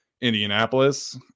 Indianapolis